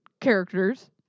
characters